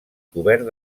cobert